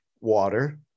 water